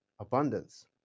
abundance